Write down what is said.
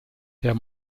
der